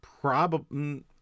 Probably-